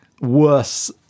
worse